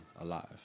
alive